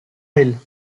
aile